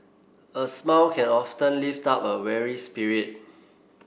a smile can often lift up a weary spirit